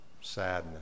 sadness